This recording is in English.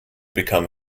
become